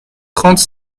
trente